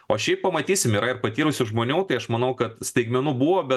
o šiaip pamatysim yra ir patyrusių žmonių tai aš manau kad staigmenų buvo bet